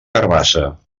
carabassa